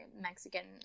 Mexican